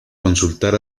consultar